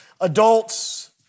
adults